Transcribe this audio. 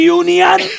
union